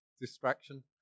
distraction